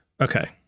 Okay